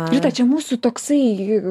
rita čia mūsų toksai